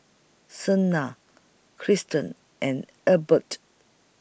Sienna Kristian and Adelbert